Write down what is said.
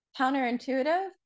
counterintuitive